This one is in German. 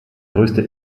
größte